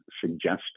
suggested